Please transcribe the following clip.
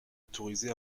autorisé